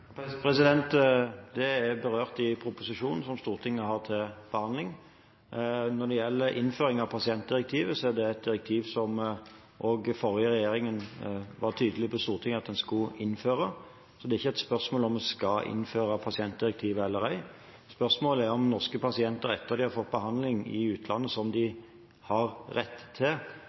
Det er berørt i proposisjonen som Stortinget har til behandling. Når det gjelder innføring av pasientdirektivet, er det et direktiv som også den forrige regjeringen var tydelig på i Stortinget at en skulle innføre. Så det er ikke et spørsmål om vi skal innføre pasientdirektivet eller ei. Spørsmålet er om norske pasienter etter at de har fått behandling i utlandet, som de har rett til,